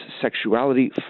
sexuality